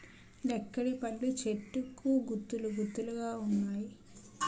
నెక్కిడిపళ్ళు చెట్టుకు గుత్తులు గుత్తులు గావున్నాయి